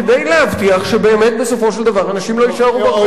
להבטיח שבאמת בסופו של דבר אנשים לא יישארו ברחוב.